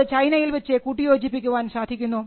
അത് ചൈനയിൽ വച്ച് കൂട്ടിയോജിപ്പിക്കാൻ സാധിക്കുന്നു